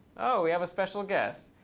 oh, we have a special guest.